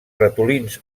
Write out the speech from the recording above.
ratolins